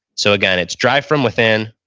so again, it's drive from within,